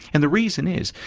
and the reason is,